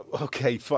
Okay